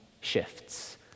shifts